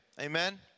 Amen